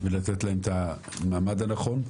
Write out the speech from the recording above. ולתת להם את המעמד הנכון.